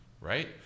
Right